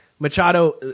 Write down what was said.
Machado